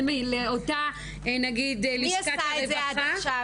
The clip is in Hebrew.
מי עשה את זה עד עכשיו?